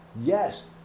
Yes